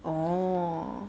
orh